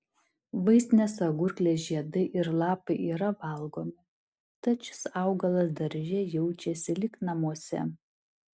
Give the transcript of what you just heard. vaistinės agurklės žiedai ir lapai yra valgomi tad šis augalas darže jaučiasi lyg namuose